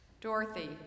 Dorothy